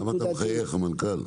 למה אתה מחייך המנכ"ל,